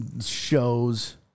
shows